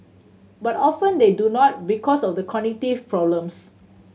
but often they do not because of the cognitive problems